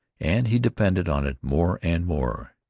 and he depended on it more and more.